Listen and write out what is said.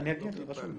אני אגיע, רשום לי.